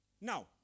Now